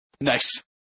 Nice